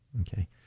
Okay